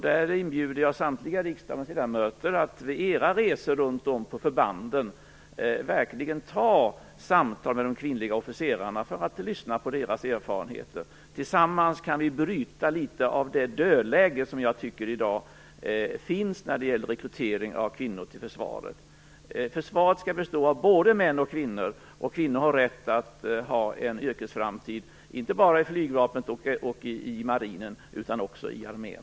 Jag inbjuder samtliga riksdagens ledamöter att vid sina resor ut till förbanden verkligen ta upp samtal med de kvinnliga officerarna för att lyssna på deras erfarenheter. Tillsammans kan vi bryta litet av det dödläge som jag tycker i dag finns i rekryteringen av kvinnor till försvaret. Försvaret skall bestå av både män och kvinnor, och kvinnor har rätt att ha en yrkesframtid inte bara i flygvapnet och i marinen utan också i armén.